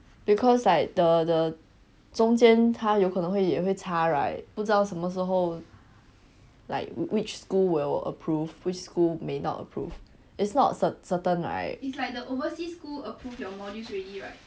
because like the the 中间他有可能会也会差 right 不知道什么时候 like which school will approve which school may not approve its not cer~ certain right